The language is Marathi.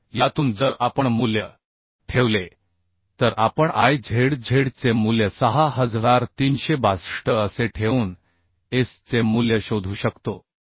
तर यातून जर आपण मूल्य ठेवले तर आपण I z z चे मूल्य 6362 असे ठेवून s चे मूल्य शोधू शकतो